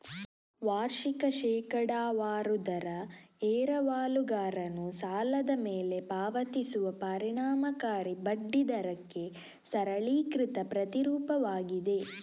ವಾರ್ಷಿಕ ಶೇಕಡಾವಾರು ದರ ಎರವಲುಗಾರನು ಸಾಲದ ಮೇಲೆ ಪಾವತಿಸುವ ಪರಿಣಾಮಕಾರಿ ಬಡ್ಡಿ ದರಕ್ಕೆ ಸರಳೀಕೃತ ಪ್ರತಿರೂಪವಾಗಿದೆ